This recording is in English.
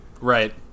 Right